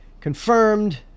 confirmed